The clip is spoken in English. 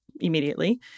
Immediately